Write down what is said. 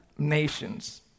nations